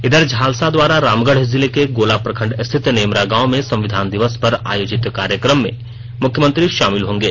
इधर झालसा द्वारा रामगढ़ जिले के गोला प्रखंड स्थित नेमरा गांव में संविधान दिवस पर आयोजित कार्यक्रम में मुख्यमंत्री शामिल होंगे